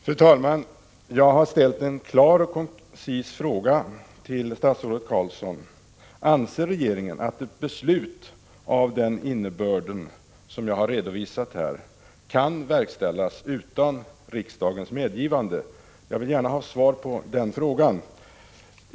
Fru talman! Jag har ställt en klar och koncis fråga till statsrådet Carlsson: Anser regeringen att ett beslut av den innebörd som jag har redovisat här kan verkställas utan riksdagens medgivande? Jag vill gärna ha ett svar på den frågan.